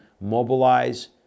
mobilize